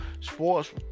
sports